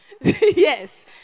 yes